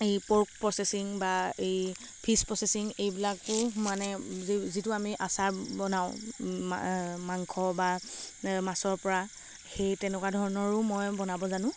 এই pork processing বা এই ফিছ প্ৰছেচিং এইবিলাকো মানে যিটো আমি আচাৰ বনাওঁ মাংস বা মাছৰ পৰা সেই তেনেকুৱা ধৰণৰো মই বনাব জানোঁ